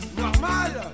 normal